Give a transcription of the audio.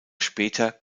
später